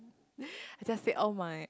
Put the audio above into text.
I just said all my